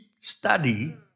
study